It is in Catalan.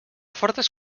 fortes